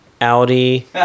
Audi